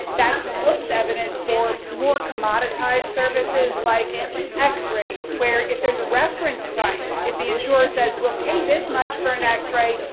that's most evident for more commoditized services, like x-rays. where if there's a reference price, if the insurer says, we'll pay this much for an x-ray,